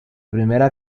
primera